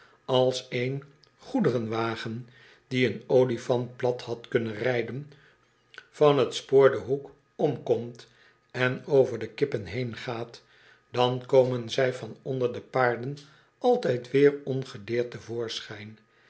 als een goederenwagen die een olifant plat had kunnen rijden van t spoor den hoek om komt en over de kippen heengaat dan komen zy van onder de paarden altijd weer ongedeerd